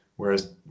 Whereas